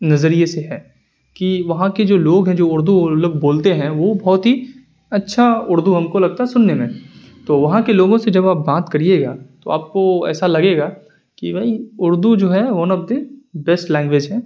میرے نظریے سے ہے کہ وہاں کے جو لوگ ہیں جو اردو وہ لوگ بولتے ہیں وہ بہت ہی اچھا اردو ہم کو لگتا ہے سننے میں تو وہاں کے لوگوں سے جب آپ بات کریے گا تو آپ کو ایسا لگے گا کہ بھائی اردو جو ہے one of the best language ہے